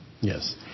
yes